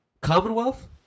Commonwealth